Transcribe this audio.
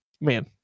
man